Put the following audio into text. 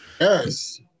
Yes